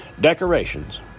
decorations